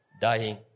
dying